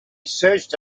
searched